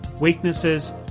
Weaknesses